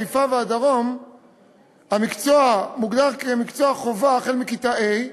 חיפה והדרום המקצוע מוגדר כמקצוע חובה מכיתה ה',